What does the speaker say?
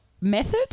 method